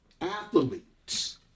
athletes